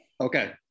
Okay